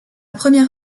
première